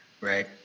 Right